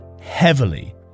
heavily